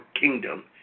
kingdom